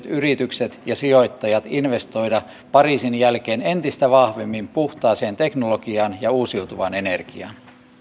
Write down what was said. yritykset ja sijoittajat investoida pariisin jälkeen entistä vahvemmin puhtaaseen teknologiaan ja uusiutuvaan energiaan